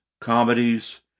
comedies